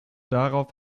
darauf